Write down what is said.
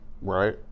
right